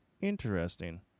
Interesting